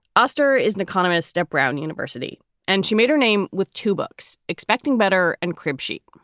oster is an economist at brown university and she made her name with two books expecting better and crib sheet.